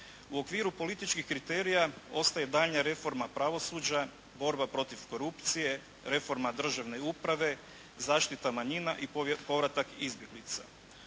U okviru političkih kriterija ostaje daljnja reforma pravosuđa, borba protiv korupcije, reforma državne uprave, zaštita manjina i povratak izbjeglica.